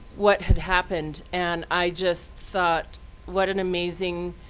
what had happened. and i just thought what an amazing